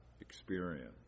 experience